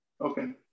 okay